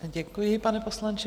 Děkuji, pane poslanče.